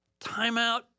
timeout